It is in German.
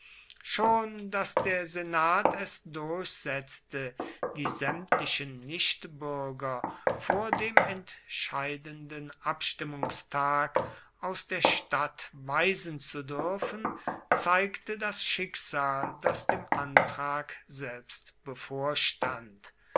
schon daß der senat es durchsetzte die sämtlichen nichtbürger vor dem entscheidenden abstimmungstag aus der stadt weisen zu dürfen zeigte das schicksal das dem antrag selbst bevorstand